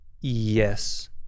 Yes